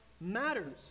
matters